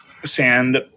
sand